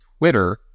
twitter